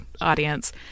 audience